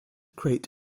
create